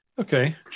Okay